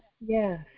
yes